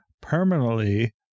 permanently